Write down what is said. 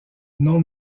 non